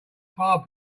far